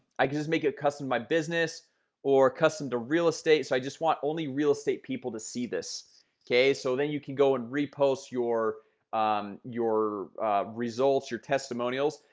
i could just make it a custom my business or custom to real estate so i just want only real estate people to see this okay, so then you can go and repost your um your results your testimonials,